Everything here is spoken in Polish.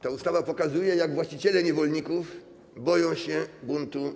Ta ustawa pokazuje, jak właściciele niewolników boją się ich buntu.